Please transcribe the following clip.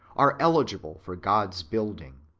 are eligible for god's building.